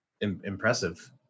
impressive